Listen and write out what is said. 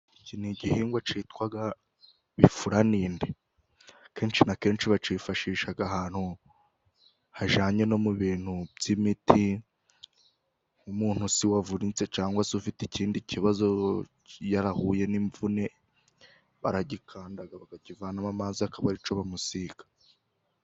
Iki ni igihingwa cyitwa igifuraninde. Akenshi na kenshi bacyifashisha mu bintu bijyanye n'imiti. nk' umuntu wavunitse cyangwa se ufite ikindi kibazo yarahuye n'imvune baragikanda bakakivanamo amazi akaba aricyo bamusiga.